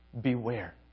Beware